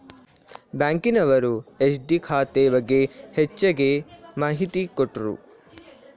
ಬ್ಯಾಂಕಿನವರು ಎಫ್.ಡಿ ಖಾತೆ ಬಗ್ಗೆ ಹೆಚ್ಚಗೆ ಮಾಹಿತಿ ಕೊಟ್ರು